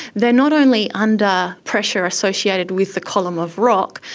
they are not only and pressure associated with the column of rock,